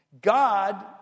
God